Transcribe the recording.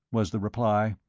was the reply,